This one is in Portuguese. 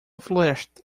floresta